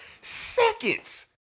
Seconds